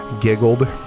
giggled